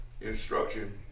instruction